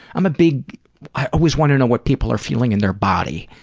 i'm a big i always wanna know what people are feeling in their body,